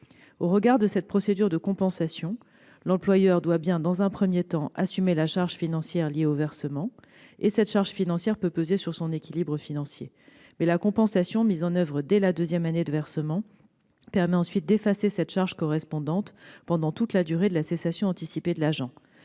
Au regard de cette procédure de compensation, l'employeur doit bien, dans un premier temps, assumer la charge financière liée au versement et cette charge peut peser sur son équilibre financier, mais la compensation, mise en oeuvre dès la deuxième année de versement, permet ensuite d'effacer cette charge pendant toute la durée de la cessation anticipée de l'agent.